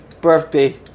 birthday